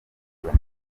nyuma